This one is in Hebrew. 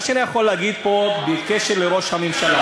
מה שאני יכול להגיד בקשר לראש הממשלה,